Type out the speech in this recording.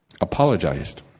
apologized